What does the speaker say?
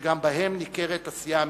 שגם בהם ניכרת עשייה אמיתית,